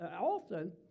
often